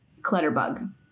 Clutterbug